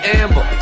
amber